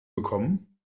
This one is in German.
gekommen